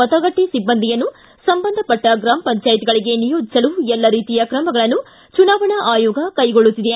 ಮತಗಟ್ಟೆ ಸಿಬ್ಬಂದಿಯನ್ನು ಸಂಬಂಧಪಟ್ಟ ಗ್ರಾಮ ಪಂಚಾಯತ್ಗಳಿಗೆ ನಿಯೋಜಿಸಲು ಎಲ್ಲ ರೀತಿಯ ಕ್ರಮಗಳನ್ನು ಚುನಾವಣಾ ಆಯೋಗ ಕೈಗೊಳ್ನುತ್ತಿದೆ